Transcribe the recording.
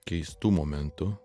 keistų momentų